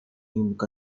membuka